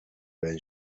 байна